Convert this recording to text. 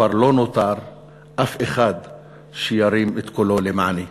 כבר לא נותר אף אחד שירים את קולו למעני".